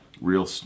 real